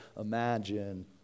imagine